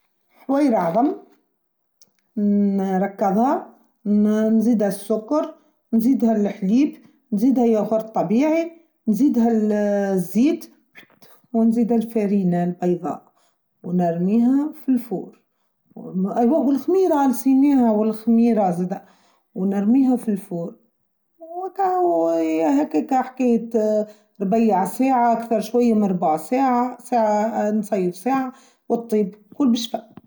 حوير عظم نركضها نزيدها السكر نزيدها الحليب نزيدها ياغورت طبيعي نزيدها الزيت ونزيدها الفرينة البيضاء ونرميها في الفور أيوا والخميرة نسيناها والخميرة نزيدها ونرميها في الفور وكهو يا هكا كا حكيت ربيع ساعة اكثر شوية من ربع ساعة ساعة نصير ساعة والطيب كل بشفاء.